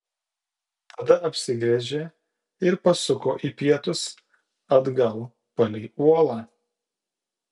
tada apsigręžė ir pasuko į pietus atgal palei uolą